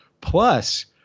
plus